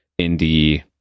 indie